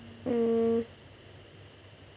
mm